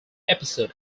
episode